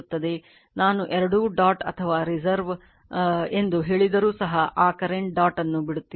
ನಾನು ಎರಡೂ ಡಾಟ್ ಅಥವಾ ರಿವರ್ಸ್ ಎಂದು ಹೇಳಿದ್ದರೂ ಸಹ ಆ ಕರೆಂಟ್ ಡಾಟ್ ಅನ್ನು ಬಿಡುತ್ತಿದೆ